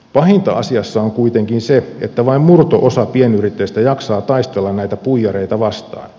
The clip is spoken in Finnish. pahinta asiassa on kuitenkin se että vain murto osa pienyrittäjistä jaksaa taistella näitä puijareita vastaan